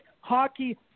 Hockey